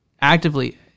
actively